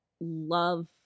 love